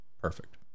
perfect